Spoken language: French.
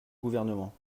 gouvernement